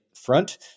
front